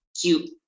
cute